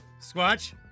Squatch